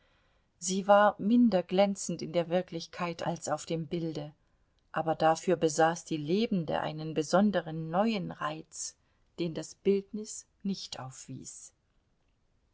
sie war minder glänzend in der wirklichkeit als auf dem bilde aber dafür besaß die lebende einen besonderen neuen reiz den das bildnis nicht aufwies